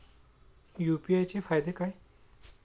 UPI चे फायदे काय?